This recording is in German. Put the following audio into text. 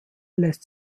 lässt